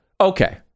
okay